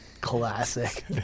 classic